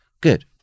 Good